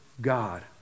God